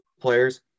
players